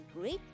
great